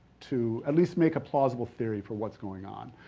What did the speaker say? to at least make a plausible theory for what's going on.